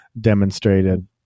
demonstrated